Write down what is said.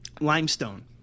limestone